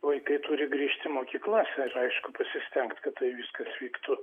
vaikai turi grįžt į mokyklas ir aišku pasistengt kad tai viskas vyktų